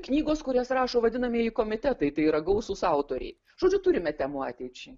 knygos kurias rašo vadinamieji komitetai tai yra gausūs autoriai žodžiu turime temų ateičiai